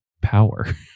power